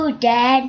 Dad